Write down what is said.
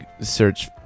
search